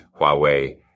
Huawei